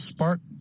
Spark